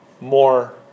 more